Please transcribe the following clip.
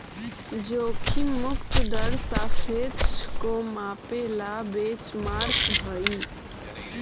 जोखिम मुक्त दर सापेक्ष को मापे ला बेंचमार्क हई